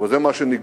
אבל זה מה שנגלה.